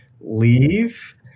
leave